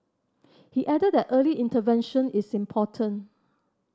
he added that early intervention is important